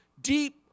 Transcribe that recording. deep